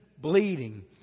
bleeding